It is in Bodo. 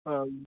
औ